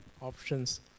options